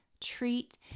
treat